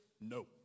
no